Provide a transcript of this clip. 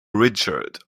richard